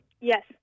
Yes